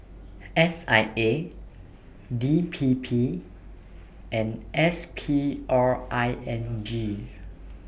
S I A D P P and S P R I N G